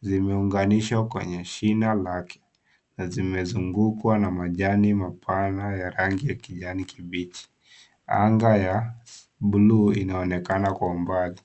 zimeunganishwa kwenye shina lake na zimezungukwa na majani mapana ya rangi ya kijani kibichi anga ya bluu inaonekana kwa umbali.